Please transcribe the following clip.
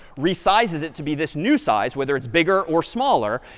resizes it to be this new size, whether it's bigger or smaller.